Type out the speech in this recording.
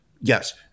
Yes